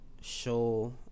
show